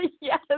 Yes